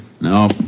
No